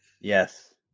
yes